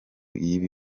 y’ibi